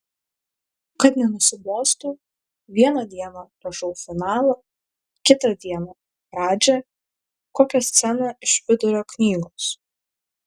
kad nenusibostų vieną dieną rašau finalą kitą dieną pradžią kokią sceną iš vidurio knygos